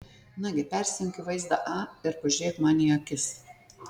nagi persijunk į vaizdą a ir pažiūrėk man į akis